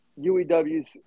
UEW's